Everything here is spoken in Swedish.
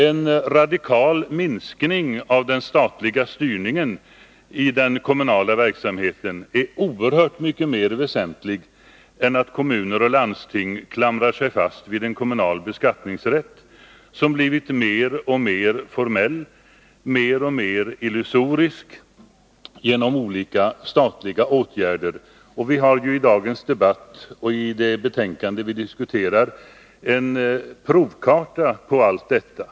En radikal minskning av den statliga styrningen av den kommunala verksamheten är oerhört mycket mer väsentlig än att kommuner och landsting klamrar sig fast vid en kommunal beskattningsrätt som blivit mer och mer formell, mer och mer illusorisk till följd av olika statliga åtgärder. Och vi har i dagens debatt, och i det betänkande som vi diskuterar, fått en provkarta på allt detta.